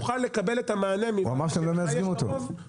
הוא אמר שאתם לא מייצגים אותו.